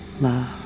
love